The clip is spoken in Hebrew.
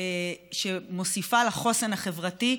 שמוסיפה לחוסן החברתי,